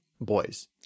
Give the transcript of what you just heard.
boys